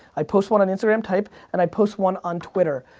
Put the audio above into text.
i post one on instagram type, and i post one on twitter.